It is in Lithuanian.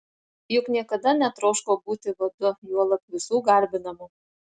juk niekada netroško būti vadu juolab visų garbinamu